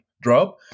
drop